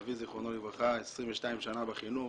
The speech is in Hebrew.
אבי ז"ל 22 שנה בחינוך,